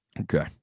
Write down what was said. Okay